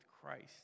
Christ